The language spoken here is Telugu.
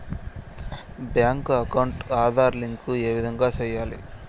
బ్యాంకు అకౌంట్ ఆధార్ లింకు ఏ విధంగా సెయ్యాలి?